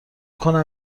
کنم